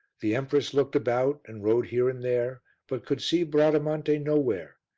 the empress looked about and rode here and there but could see bradamante nowhere,